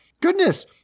goodness